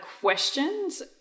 questions